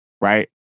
Right